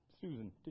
Susan